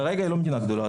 כרגע היא לא מדינה גדולה.